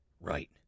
right